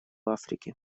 африке